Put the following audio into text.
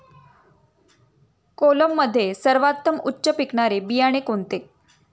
कोलममध्ये सर्वोत्तम उच्च पिकणारे बियाणे कोणते?